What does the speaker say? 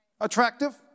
attractive